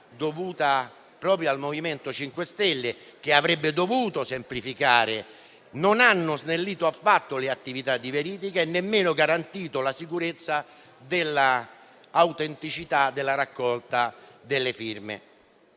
ho sentito prima l'intervento - che avrebbe dovuto invece semplificare, non hanno snellito affatto le attività di verifica e nemmeno garantito la sicurezza dell'autenticità della raccolta delle firme.